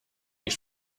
ich